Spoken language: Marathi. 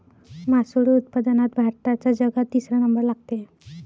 मासोळी उत्पादनात भारताचा जगात तिसरा नंबर लागते